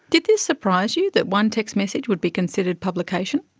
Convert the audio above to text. did this surprise you, that one text message would be considered publication?